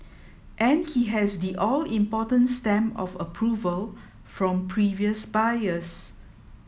and he has the all important stamp of approval from previous buyers